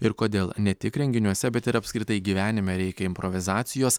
ir kodėl ne tik renginiuose bet ir apskritai gyvenime reikia improvizacijos